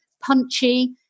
punchy